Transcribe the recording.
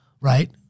right